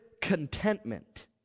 contentment